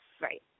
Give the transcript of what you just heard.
right